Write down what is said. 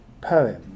poem